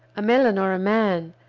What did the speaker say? a melon or a man,